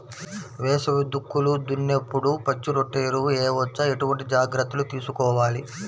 వేసవి దుక్కులు దున్నేప్పుడు పచ్చిరొట్ట ఎరువు వేయవచ్చా? ఎటువంటి జాగ్రత్తలు తీసుకోవాలి?